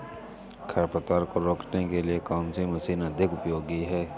खरपतवार को रोकने के लिए कौन सी मशीन अधिक उपयोगी है?